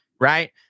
right